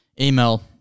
email